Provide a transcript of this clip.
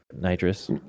nitrous